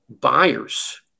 buyers